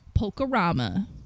Polkarama